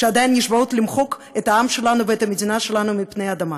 שעדיין נשבעות למחוק את העם שלנו ואת המדינה שלנו מעל פני האדמה.